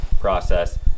process